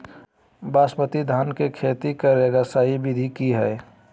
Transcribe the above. बासमती धान के खेती करेगा सही विधि की हय?